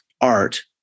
art